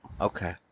Okay